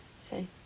say